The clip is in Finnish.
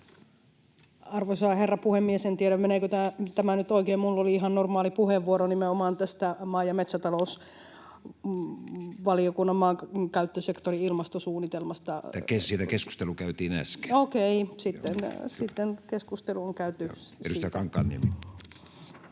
Arvoisa herra puhemies! En tiedä, meneekö tämä nyt oikein, nimittäin minulla oli ihan normaali puheenvuoro nimenomaan tästä maa- ja metsätalousvaliokunnan maankäyttösektorin ilmastosuunnitelmasta... Okei, sitten keskustelu on käyty siitä. Siitä keskustelu käytiin äsken. Edustaja Kankaanniemi.